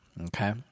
okay